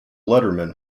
letterman